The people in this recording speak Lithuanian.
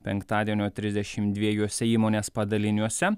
penktadienio trisdešim dviejuose įmonės padaliniuose